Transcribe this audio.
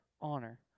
honor